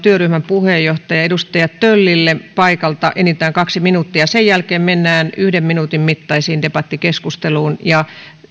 parlamentaarisen työryhmän puheenjohtajalle edustaja töllille paikalta enintään kaksi minuuttia sen jälkeen mennään yhden minuutin mittaisin puheenvuoroin debattikeskusteluun